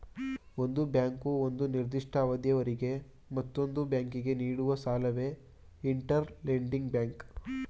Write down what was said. ಒಂದು ಬ್ಯಾಂಕು ಒಂದು ನಿರ್ದಿಷ್ಟ ಅವಧಿಯವರೆಗೆ ಮತ್ತೊಂದು ಬ್ಯಾಂಕಿಗೆ ನೀಡುವ ಸಾಲವೇ ಇಂಟರ್ ಲೆಂಡಿಂಗ್ ಬ್ಯಾಂಕ್